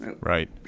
Right